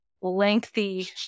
lengthy